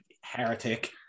heretic